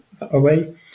away